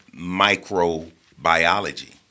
microbiology